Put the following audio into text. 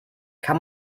kann